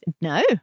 no